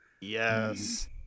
Yes